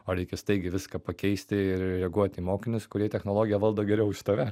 o reikia staigiai viską pakeisti ir reaguoti į mokinius kurie technologiją valdo geriau už tave